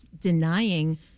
denying